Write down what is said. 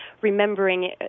remembering